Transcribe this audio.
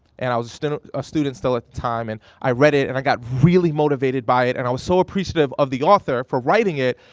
and i was a ah student still at the time, and i read it and i got really motivated by it, and i was so appreciative of the author for writing it,